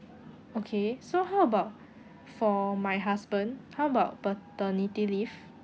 okay so how about for my husband how about paternity leave